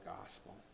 gospel